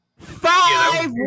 Five